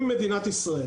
אם מדינת ישראל